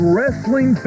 Wrestling